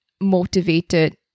motivated